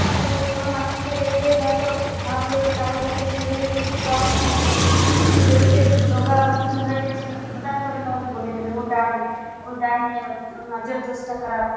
কিন্তু কোনো মানুষকে দেখলেই হয়তো ভাবল যে কারো হয়তো শরীরের কিছু প্রবলেম আছে একটু দেখতে রোগা বা কিছু হয়ে গিয়েছে হঠাৎ করে কাউকে বলে দিল ও ডাইনি ও ডাইনি ওর ওর নজর দোষটা খারাপ